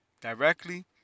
Directly